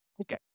Okay